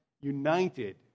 united